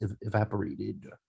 evaporated